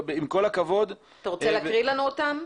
עם כל הכבוד --- אתה רוצה להקריא לנו אותן?